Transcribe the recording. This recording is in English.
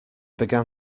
began